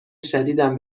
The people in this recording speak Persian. شدیدم